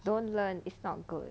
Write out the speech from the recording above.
don't learn is not good